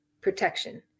protection